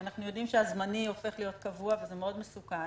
אנחנו יודעים שהזמני הופך להיות קבוע וזה מאוד מסוכן.